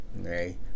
okay